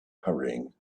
hurrying